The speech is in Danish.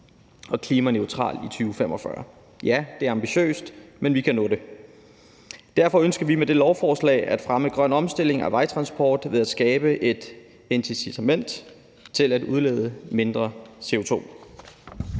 klimaneutrale i 2045. Ja, det er ambitiøst, men vi kan nå det. Derfor ønsker vi med dette lovforslag at fremme en grøn omstilling af vejtransporten ved at skabe et incitament til at udlede mindre CO2.